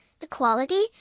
equality